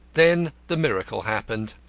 then the miracle happened.